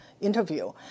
interview